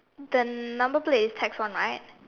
the number plate is tax one right